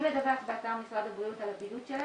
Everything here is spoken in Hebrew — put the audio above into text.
לדווח באתר משרד הבריאות על הבידוד שלהם.